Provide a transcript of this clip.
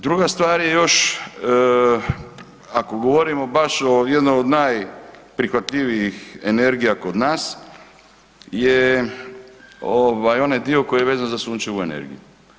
Druga stvar je još, ako govorimo baš o jednoj od najprihvatljivijih energija kod nas je ovaj onaj dio koji je vezan za sunčevu energiju.